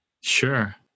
Sure